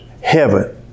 heaven